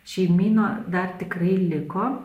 šeimyno dar tikrai liko